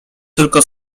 tylko